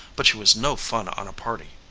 but she was no fun on a party.